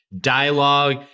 dialogue